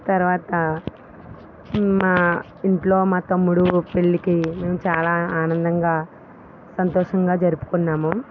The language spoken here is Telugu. తరువాత మా ఇంట్లో మా తమ్ముడు పెళ్ళికి మేము చాలా ఆనందంగా సంతోషంగా జరుపుకున్నాము